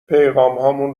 پیغامهامون